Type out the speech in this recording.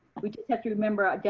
we just have to remember like